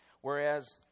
Whereas